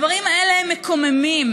הדברים האלה הם מקוממים,